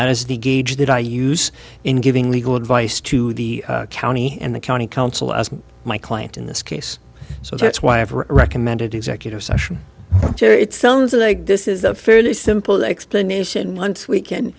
that is the gauge that i use in giving legal advice to the county and the county council as my client in this case so that's why every recommended executive session it sounds like this is a fairly simple explanation once we can